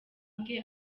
bwe